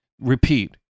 repeat